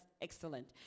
excellent